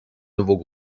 nouveau